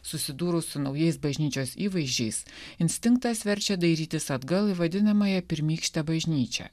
susidūrus su naujais bažnyčios įvaizdžiais instinktas verčia dairytis atgal į vadinamąją pirmykštę bažnyčią